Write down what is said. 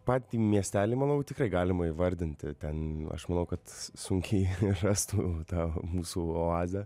patį miestelį manau tikrai galima įvardinti ten aš manau kad sunkiai rastų tą mūsų oazę